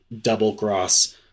double-cross